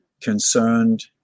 concerned